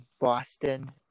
Boston